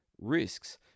risks